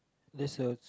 that's all